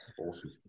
Awesome